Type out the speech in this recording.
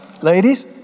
Ladies